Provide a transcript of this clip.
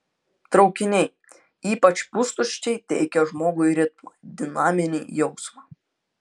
traukiniai ypač pustuščiai teikia žmogui ritmą dinaminį jausmą